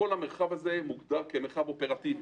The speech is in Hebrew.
כל המרחב הזה מוגדר כמרחב אופרטיבי,